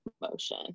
motion